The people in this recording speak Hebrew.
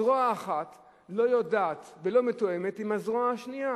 זרוע אחת לא יודעת ולא מתואמת עם הזרוע השנייה.